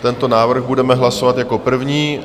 Tento návrh budeme hlasovat jako první.